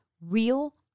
real